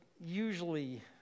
usually